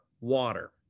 water